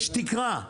יש תקרה.